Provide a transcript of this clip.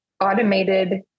automated